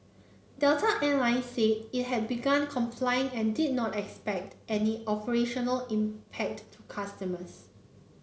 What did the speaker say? delta Air Line said it had begun complying and did not expect any operational impact to customers